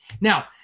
Now